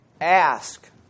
Ask